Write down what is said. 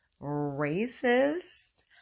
racist